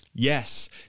Yes